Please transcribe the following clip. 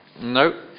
No